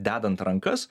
dedant rankas